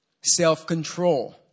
Self-control